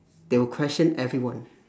they will question everyone